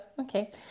Okay